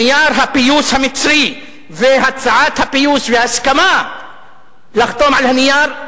נייר הפיוס המצרי והצעת הפיוס והסכמה לחתום על הנייר.